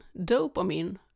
dopamine